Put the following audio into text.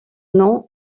nom